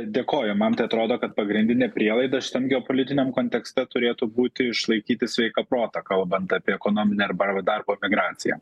dėkoju man tai atrodo kad pagrindinė prielaida šitam geopolitiniam kontekste turėtų būti išlaikyti sveiką protą kalbant apie ekonominę arba darbo migraciją